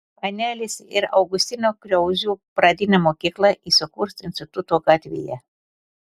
anelės ir augustino kriauzų pradinė mokykla įsikurs instituto gatvėje